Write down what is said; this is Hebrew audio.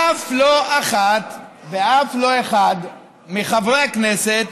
אף לא אחת ואף לא אחד מחברי הכנסת